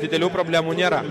didelių problemų nėra